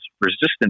resistant